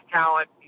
talent